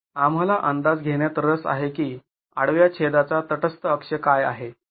तर आम्हाला अंदाज घेण्यात रस आहे की आडव्या छेदाचा तटस्थ अक्ष काय आहे